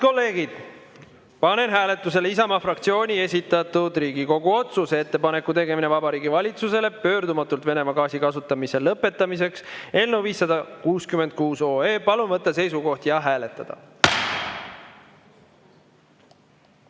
kolleegid, panen hääletusele Isamaa fraktsiooni esitatud Riigikogu otsuse "Ettepaneku tegemine Vabariigi Valitsusele pöördumatult Venemaa gaasi kasutamise lõpetamiseks" eelnõu 566. Palun võtta seisukoht ja hääletada!